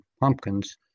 pumpkins